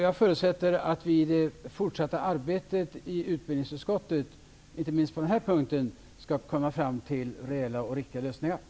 Jag förutsätter att vi i det fortsatta arbetet i utbildningsutskottet inte minst på denna punkt skall komma fram till reella och riktiga lösningar.